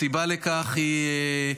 הסיבה לכך היא,